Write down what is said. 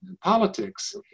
politics